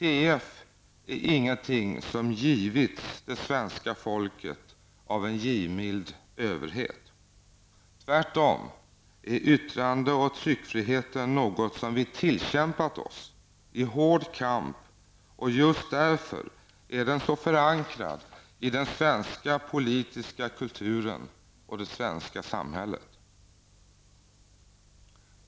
TF är ingenting som givits det svenska folket av en givmild överhet. Tvärtom är yttrande och tryckfriheten något som vi har tillkämpat oss i hård kamp, och just därför är den så förankrad i den svenska politiska kulturen och i det svenska samhället.